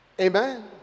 amen